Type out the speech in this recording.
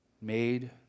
Made